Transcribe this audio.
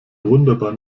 wunderbar